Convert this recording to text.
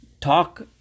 talk